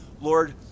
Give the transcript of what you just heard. Lord